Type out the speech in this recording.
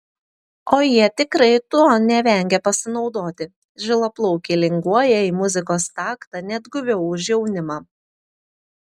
o jie tikrai tuo nevengia pasinaudoti žilaplaukiai linguoja į muzikos taktą net guviau už jaunimą